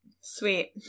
Sweet